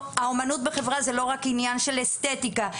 האמנות בחברה זה לא רק עניין של אסתטיקה,